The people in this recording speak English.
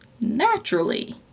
naturally